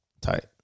Tight